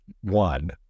One